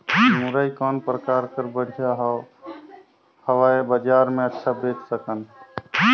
मुरई कौन प्रकार कर बढ़िया हवय? बजार मे अच्छा बेच सकन